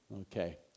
Okay